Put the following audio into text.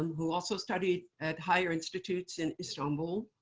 who also studied at higher institutes in istanbul,